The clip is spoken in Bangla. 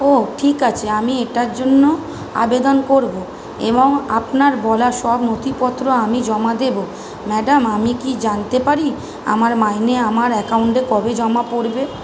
ও ঠিক আছে আমি এটার জন্য আবেদন করবো এবং আপনার বলা সব নথিপত্র আমি জমা দেবো ম্যাডাম আমি কি জানতে পারি আমার মাইনে আমার অ্যাকাউন্টে কবে জমা পড়বে